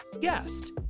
guest